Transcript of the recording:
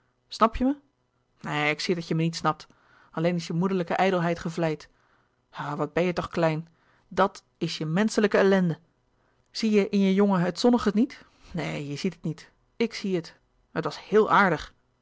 je me neen ik zie dat je me niet snapt alleen is je moederlijke ijdelheid gevleid o wat ben je toch klein dat is je menschelijke ellende zie je in je jongen louis couperus de boeken der kleine zielen het zonnige niet neen je ziet het niet ik zie het het was heel aardig